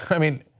i mean,